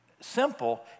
simple